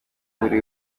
buri